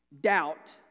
doubt